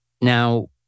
Now